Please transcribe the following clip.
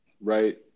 right